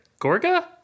Gorga